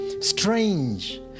strange